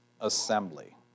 assembly